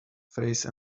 face